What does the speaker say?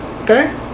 Okay